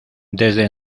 desde